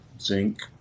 zinc